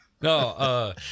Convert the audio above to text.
No